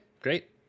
great